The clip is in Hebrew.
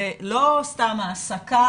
זה לא סתם העסקה.